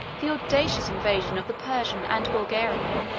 the audacious invasion of the persian and bulgarian,